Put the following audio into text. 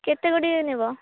କେତେ ଗୁଡ଼ିଏ ନେବ